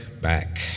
back